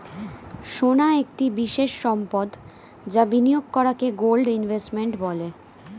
সোনা একটি বিশেষ সম্পদ যা বিনিয়োগ করাকে গোল্ড ইনভেস্টমেন্ট বলে